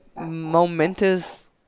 momentous